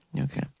Okay